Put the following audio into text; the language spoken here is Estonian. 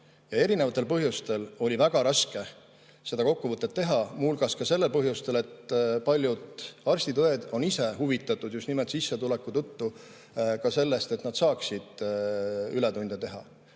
Erinevatel põhjustel oli väga raske seda kokkuvõtet teha, muu hulgas ka sellel põhjusel, et paljud arstid ja õed on ise huvitatud just nimelt sissetuleku tõttu ka sellest, et nad saaksid ületunde teha.